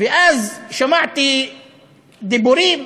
ואז שמעתי דיבורים: